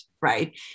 right